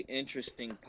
interesting